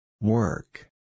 work